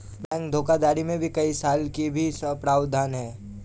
bank धोखाधड़ी में कई साल की सज़ा का भी प्रावधान है